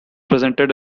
presented